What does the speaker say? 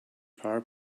power